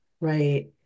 right